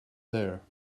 there